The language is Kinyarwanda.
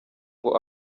ngo